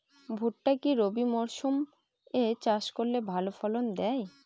ভুট্টা কি রবি মরসুম এ চাষ করলে ভালো ফলন দেয়?